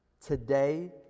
today